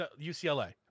UCLA